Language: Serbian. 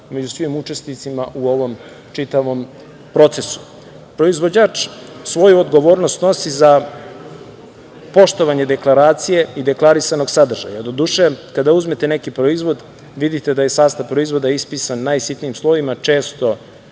među svim učesnicima u ovom čitavom procesu. Proizvođač svoju odgovornost snosi za poštovanje deklaracije i deklarisanog sadržaja. Doduše, kada uzmete neki proizvod, vidite da je sastav proizvoda ispisan najsitnijim slovima, često